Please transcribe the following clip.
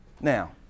now